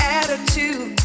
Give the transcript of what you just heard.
attitude